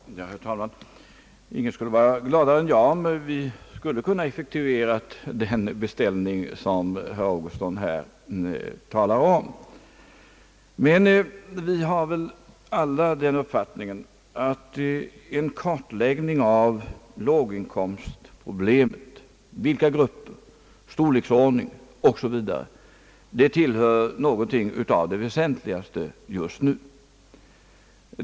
Herr talman! Ingen skulle vara gladare än jag, om vi skulle kunna effektuera den beställning, som herr Augustsson här har gjort; vi har väl alla den uppfattningen, att en kartläggning av låginkomstproblemet — vilka grupper det gäller, deras storleksordning o. s. v. — tillhör något av det väsentligaste just nu.